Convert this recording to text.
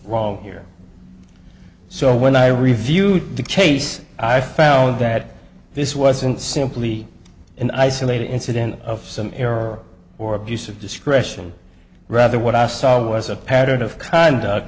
wrong here so when i reviewed the case i found that this wasn't simply an isolated incident of some error or abuse of discretion rather what i saw was a pattern of conduct